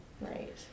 Right